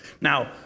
Now